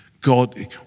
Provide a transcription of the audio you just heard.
God